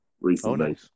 recently